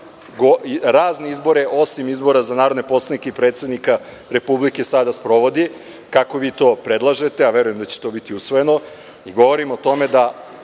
razne izbore, osim izbora za narodne poslanike i predsednika Republike, sada sprovodi, kako vi to predlažete, a verujem da će to biti usvojeno. Govorim o tome da